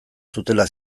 zutela